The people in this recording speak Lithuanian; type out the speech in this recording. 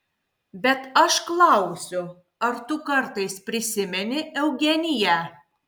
bet aš klausiu ar tu kartais prisimeni eugeniją